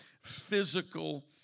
physical